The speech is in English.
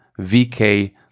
VK